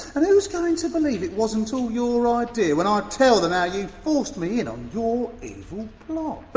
and who's going to believe it wasn't all your ah idea when i tell them how you forced me in on your evil but